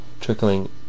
trickling